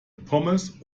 pommes